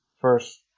first